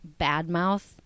badmouth